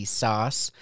sauce